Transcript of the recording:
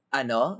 ano